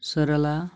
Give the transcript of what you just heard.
सरला